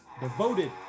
devoted